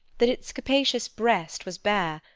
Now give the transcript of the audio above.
that its capacious breast was bare,